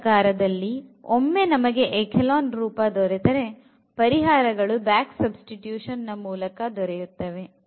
ಈ ಪ್ರಕಾರದಲ್ಲಿ ಒಮ್ಮೆ ನಮಗೆ echelon ರೂಪ ದೊರೆತರೆ ಪರಿಹಾರಗಳು back substitution ಮೂಲಕ ದೊರೆಯುತ್ತವೆ